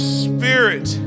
spirit